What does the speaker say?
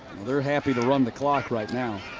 they're happy to run the clock right now.